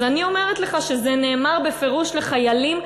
אז אני אומרת לך שזה נאמר בפירוש לחיילים,